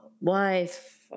wife